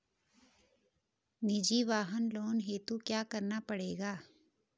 निजी वाहन लोन हेतु क्या करना पड़ेगा?